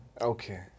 Okay